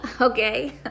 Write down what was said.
Okay